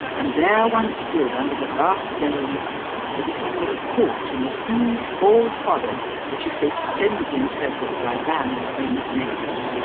and there one stood under the vast dome as if one were a thought in the huge, bald forehead which is so splendidly encircled by a band of famous names.